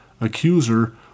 accuser